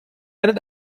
einen